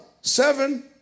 seven